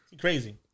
crazy